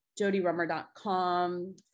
jodyrummer.com